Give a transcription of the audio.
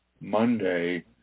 Monday